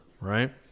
right